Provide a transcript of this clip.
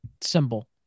symbol